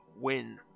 win